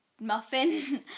muffin